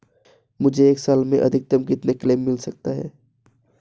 मुझे एक साल में अधिकतम कितने क्लेम मिल सकते हैं?